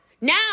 Now